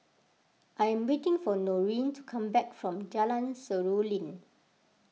I am waiting for Noreen to come back from Jalan Seruling